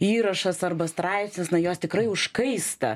įrašas arba straipsnis na jos tikrai užkaista